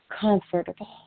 comfortable